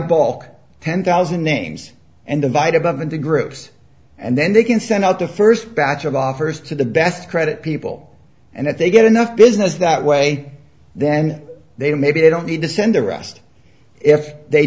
ball ten thousand names and divided them into groups and then they can send out the first batch of offers to the best credit people and if they get enough business that way then they don't maybe they don't need to send the rest if they